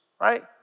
right